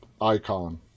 icon